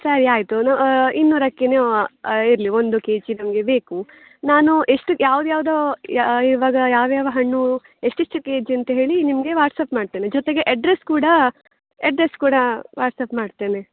ಸರಿ ಆಯಿತು ನ ಇನ್ನೂರಕ್ಕೆ ನೀವು ಇರಲಿ ಒಂದು ಕೆಜಿ ನಮಗೆ ಬೇಕು ನಾನು ಎಷ್ಟು ಯಾವ್ದು ಯಾವುದೋ ಯಾ ಇವಾಗ ಯಾವ ಯಾವ ಹಣ್ಣು ಎಷ್ಟೆಷ್ಟು ಕೆಜಿ ಅಂತ ಹೇಳಿ ನಿಮಗೆ ವಾಟ್ಸಪ್ ಮಾಡ್ತೇನೆ ಜೊತೆಗೆ ಎಡ್ರೆಸ್ ಕೂಡ ಎಡ್ರೆಸ್ ಕೂಡ ವಾಟ್ಸಪ್ ಮಾಡ್ತೇನೆ